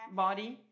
body